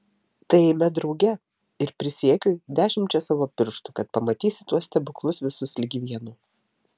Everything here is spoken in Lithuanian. tai eime drauge ir prisiekiu dešimčia savo pirštų kad pamatysi tuos stebuklus visus ligi vieno